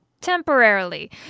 Temporarily